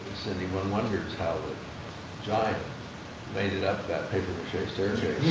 cindy, one wonders how the giant made it up that papier-mache staircase.